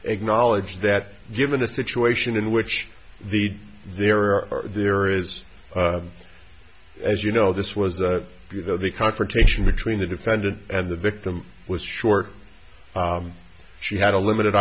acknowledge that given the situation in which the there are there is as you know this was you know the confrontation between the defendant and the victim was short she had a limited